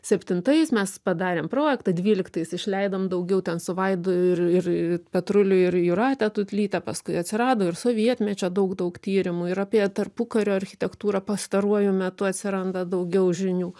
septintais mes padarėm projektą dvyliktais išleidom daugiau ten su vaidu ir ir petruliu ir jūrate tutlyte paskui atsirado ir sovietmečio daug daug tyrimų ir apie tarpukario architektūrą pastaruoju metu atsiranda daugiau žinių